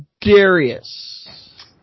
Darius